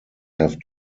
have